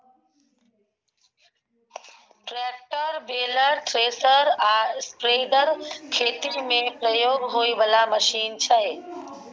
tractor, baler, thresher आ spreader खेती मे प्रयोग होइ बला मशीन छै